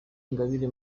ingabire